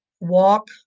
walk